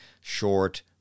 short